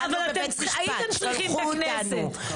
התחלנו בבית משפט, שלחו אותנו.